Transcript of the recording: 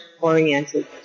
oriented